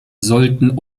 sollten